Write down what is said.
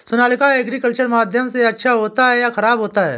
Sonalika agriculture माध्यम से अच्छा होता है या ख़राब होता है?